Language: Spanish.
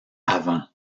avant